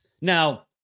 Now